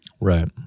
Right